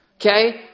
Okay